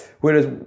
whereas